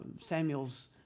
Samuel's